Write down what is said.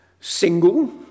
Single